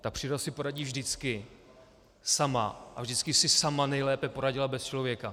Ta příroda si poradí vždycky sama a vždycky si sama nejlépe poradila bez člověka.